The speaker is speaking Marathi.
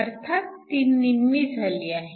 अर्थात ती निम्मी झाली आहे